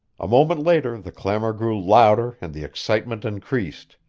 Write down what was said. a moment later the clamor grew louder and the excitement increased.